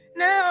no